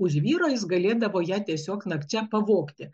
už vyro jis galėdavo ją tiesiog nakčia pavogti